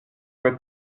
vas